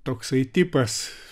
toksai tipas